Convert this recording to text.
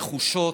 נחושות,